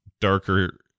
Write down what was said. darker